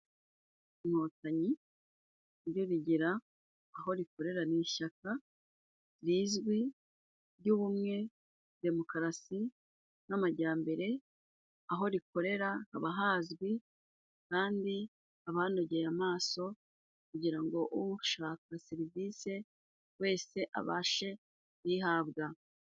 Inkotanyi ryo rigira aho rikorera ni ishyaka rizwi ry' ubumwe, demokarasi n' amajyambere, aho rikorera haba hazwi kandi haba hanogeye amaso, kugira ngo ushaka serivise wese abashe kuyihabwa.